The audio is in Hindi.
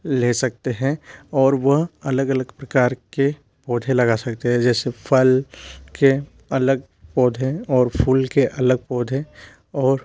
ले सकते हैं और वह अलग अलग प्रकार के पौधे लगा सकते हैं जैसे फल के अलग पौधे और फूल के अलग पौधे और